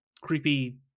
creepy